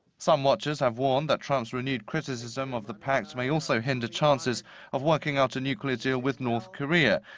some watchers have warned that trump's renewed criticism of the pact may also hinder chances of working out a nuclear deal with north korea,